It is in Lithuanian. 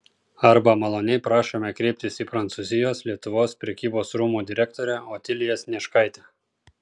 arba maloniai prašome kreiptis į prancūzijos lietuvos prekybos rūmų direktorę otiliją snieškaitę